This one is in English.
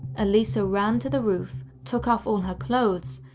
elisa ran to the roof, took off all her clothes,